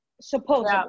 Supposedly